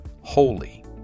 holy